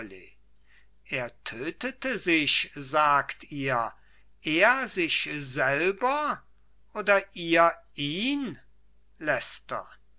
er tötete sich sagt ihr er sich selbst oder ihr ihn